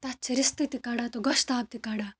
تَتھ چھِ رِستہٕ تہِ کَڑان تہٕ گۄشتاب تہِ کَڑان